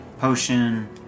potion